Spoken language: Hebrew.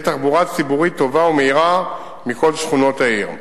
תחבורה ציבורית טובה ומהירה מכל שכונות העיר.